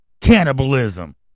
cannibalism